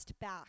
back